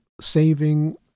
saving